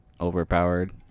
overpowered